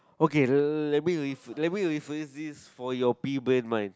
okay let me let me refer this to your pea brain mind